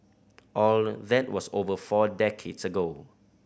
all that was over four decades ago